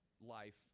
life